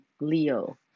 Leo